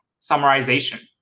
summarization